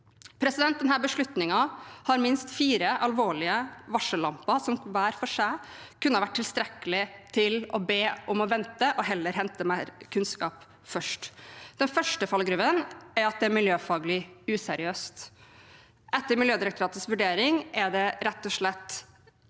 Denne beslutningen har minst fire alvorlige varsellamper som hver for seg kunne vært tilstrekkelig til å be om å vente og heller hente mer kunnskap først. Den første fallgruven er at det er miljøfaglig useriøst. Etter Miljødirektoratets vurdering er det rett og slett ikke